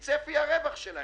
יש מספיק שוק לקלוט עובדים.